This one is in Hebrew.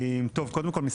קודם כל,